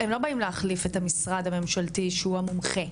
הם לא באים להחליף את המשרד הממשלתי שהוא המומחה,